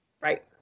Right